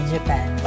Japan